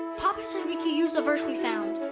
papa said we can use the verse we found.